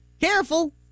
Careful